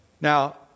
Now